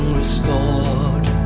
restored